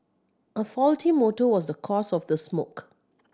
a faulty motor was the cause of the smoke